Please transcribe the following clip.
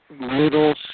little